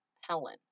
Helen